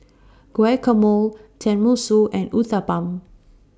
Guacamole Tenmusu and Uthapam